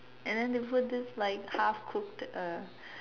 and then they put this like half cooked uh